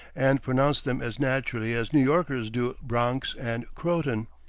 and pronounce them as naturally as new yorkers do bronx and croton.